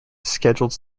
scheduled